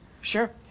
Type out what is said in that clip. Sure